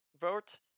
vote